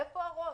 איפה הראש?